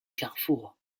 carrefour